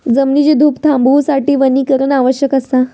जमिनीची धूप थांबवूसाठी वनीकरण आवश्यक असा